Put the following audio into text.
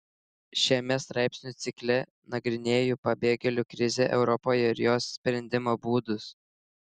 šiame straipsnių cikle nagrinėju pabėgėlių krizę europoje ir jos sprendimo būdus